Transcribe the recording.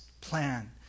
plan